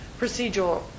procedural